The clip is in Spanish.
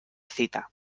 cita